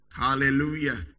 Hallelujah